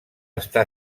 està